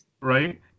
Right